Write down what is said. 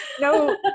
no